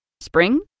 Spring